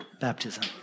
Baptism